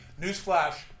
Newsflash